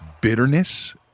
bitterness